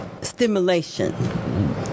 stimulation